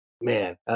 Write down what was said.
man